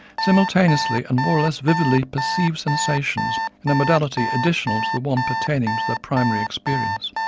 simultaneously and more or less vividly perceive sensations in a modality additional to the one pertaining to their primary experience.